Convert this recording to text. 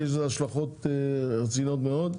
כי יש לזה השלכות רציניות מאוד.